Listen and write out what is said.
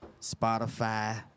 Spotify